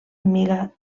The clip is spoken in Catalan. amiga